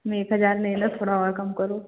एक हजार ले लो थोड़ा और कम करो